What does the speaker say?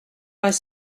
vingt